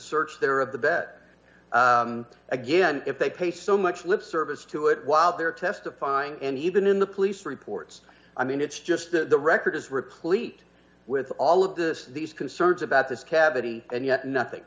search there of the bet again if they pay so much lip service to it while they're testifying and even in the police reports i mean it's just the record is replete with all of this these concerns about this cavity and yet nothing